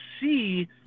see